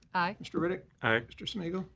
aye. mr. riddick. aye. mr. smigiel.